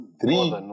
Three